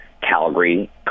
Calgary